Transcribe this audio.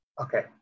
Okay